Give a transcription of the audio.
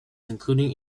including